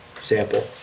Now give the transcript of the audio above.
sample